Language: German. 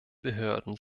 behörden